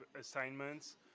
assignments